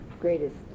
greatest